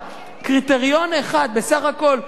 קריטריון אחד בסך הכול,